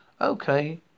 Okay